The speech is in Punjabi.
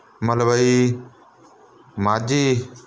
ਮਲਵਈ ਮਾਝੀ